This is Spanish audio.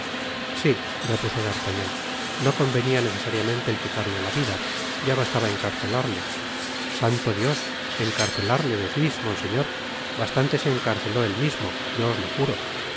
si repuso d'artagnan no convenia necesariamente el quitarle la vida ya bastaba encarcelarle santo dios encarcelarle decis monseñor bastante se encarceló él mismo yo os lo juro por